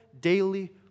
daily